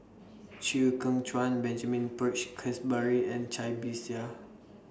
Chew Kheng Chuan Benjamin Peach Keasberry and Cai Bixia